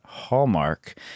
Hallmark